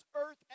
earth